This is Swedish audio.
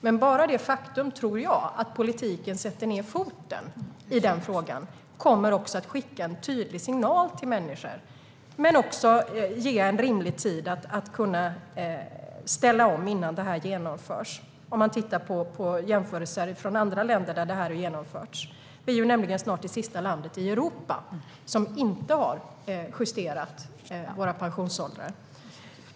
Men bara det faktum att politiken sätter ned foten i frågan kommer att skicka en tydlig signal till människor och också ge dem en rimlig tid att ställa om innan detta genomförs. Man kan se på jämförelser med andra länder där detta har genomförts. Vi är nämligen snart det sista landet i Europa som inte har justerat pensionsåldrarna.